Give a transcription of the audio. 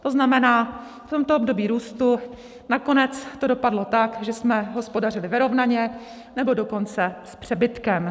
To znamená, v tomto období růstu nakonec to dopadlo tak, že jsme hospodařili vyrovnaně, nebo dokonce s přebytkem.